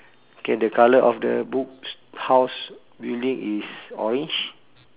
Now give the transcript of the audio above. K the colour of the books house building is orange